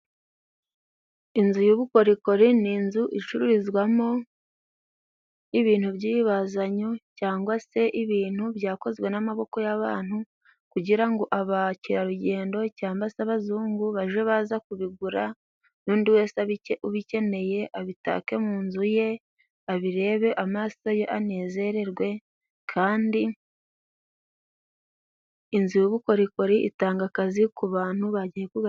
Inzu y'ubukorikori ni inzu icururizwamo ibintu by'ibazanyo cyangwa se ibintu byakozwe n'amaboko y'abantu, kugira ngo abakerarugendo cyangwa ababazungu baje baza kubigura n'undi wese ubikeneye abitake mu nzu ye, abirebe amaso ye anezererwe, kandi inzu y'ubukorikori itanga akazi ku bantu bagiye kugasaba.